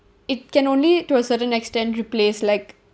it can only to a certain extent replace like